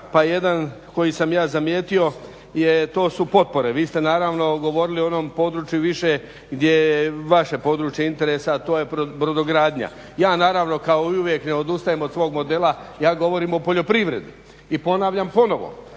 jedan koji sam ja zamijetio to su potpore. Vi ste govorili o onom području više gdje je vaše područje interesa, a to je brodogradnja. Ja naravno kao i uvijek ne odustajem od svog modela, ja govorim o poljoprivredi. I ponavljam ponovo,